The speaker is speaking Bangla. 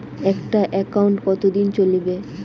একটা একাউন্ট কতদিন চলিবে?